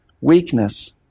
weakness